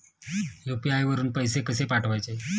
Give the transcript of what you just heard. UPI वरून पैसे कसे पाठवायचे?